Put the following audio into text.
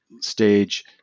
stage